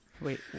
Wait